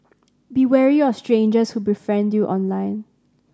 be wary of strangers who befriend you online